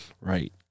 Right